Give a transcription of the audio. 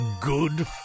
good